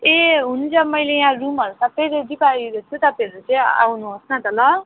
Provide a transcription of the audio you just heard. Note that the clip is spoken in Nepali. ए हुन्छ मैले यहाँ रुमहरू सबै रेडी पारेको छु तपाईँहरू चाहिँ आउनुहोस् न त ल